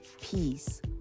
peace